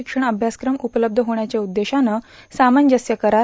शैक्षणिक अभ्यासक्रम उपलब्ध होण्याच्या उद्देशानं सामंजस्य करार